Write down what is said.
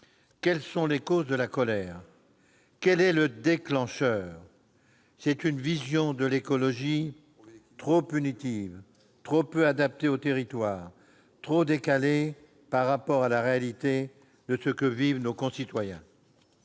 Quelles sont les causes de la colère ? Quel est le déclencheur ? C'est une vision de l'écologie trop punitive, ... Eh oui !... trop peu adaptée aux territoires, trop décalée par rapport à la réalité de ce que vivent nos concitoyens.